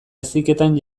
heziketan